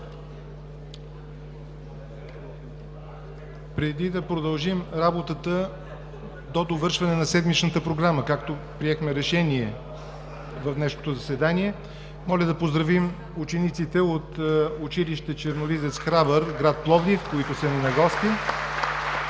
преди да продължим работата за довършване на седмичната програма, както приехме Решение в днешното заседание, моля да поздравим учениците от училище „Черноризец Храбър“ – град Пловдив, които са ни на гости.